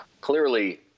clearly